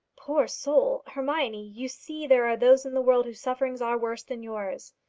poor soul! hermione, you see there are those in the world whose sufferings are worse than yours.